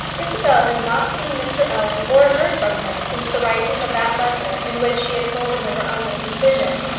isabel had not seen mr owen or heard from him since the writing of that letter in which she had told him of her uncle's decision.